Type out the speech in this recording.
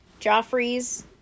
joffrey's